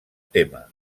tema